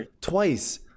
twice